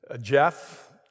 Jeff